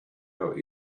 our